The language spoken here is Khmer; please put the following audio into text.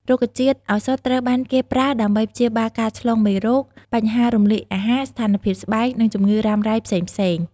រុក្ខជាតិឱសថត្រូវបានគេប្រើដើម្បីព្យាបាលការឆ្លងមេរោគ បញ្ហារំលាយអាហារ ស្ថានភាពស្បែក និងជំងឺរ៉ាំរ៉ៃផ្សេងៗ។